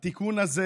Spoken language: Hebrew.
ותודה על כל